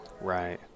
Right